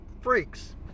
freaks